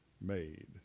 made